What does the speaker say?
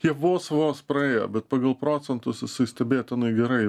jie vos vos praėjo bet pagal procentus stebėtinai gerai